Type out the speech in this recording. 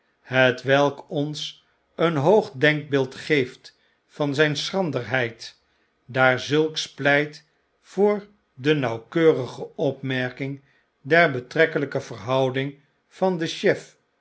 hetwelk ons een hoog denkbeeld geelt van zijn schranderheid daar zulks pleit voor de nauwkeurige opmerking der betrekkelpe verhou ding van den chef